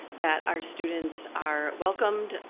that our students are welcomed,